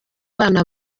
bana